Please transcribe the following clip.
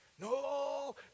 No